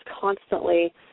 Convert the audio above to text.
constantly